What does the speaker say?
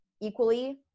equally